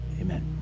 amen